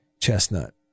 chestnut